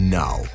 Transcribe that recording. now